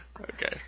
Okay